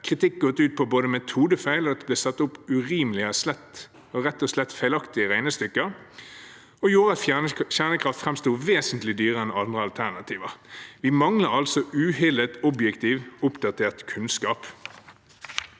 Kritikken har gått ut på både metodefeil og at det ble satt opp urimelige og rett og slett feilaktige regnestykker, som gjorde at kjernekraft framsto vesentlig dyrere enn andre alternativer. Vi mangler altså uhildet, objektiv og oppdatert kunnskap.